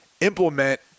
implement